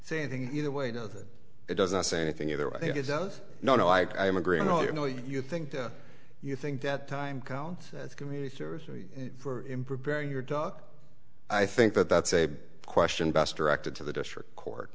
say anything either way no that it doesn't say anything either i think it does no no i am agreeing with you know you think you think that time counts as community service for him prepare your dog i think that that's a question best directed to the district court